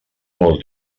vol